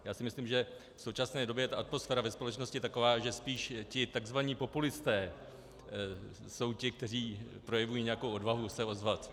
Já si myslím, že v současné době je ta atmosféra ve společnosti taková, že spíš ti takzvaní populisté jsou ti, kteří projevují nějakou odvahu se ozvat.